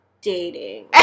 dating